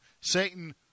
Satan